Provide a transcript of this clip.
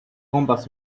compass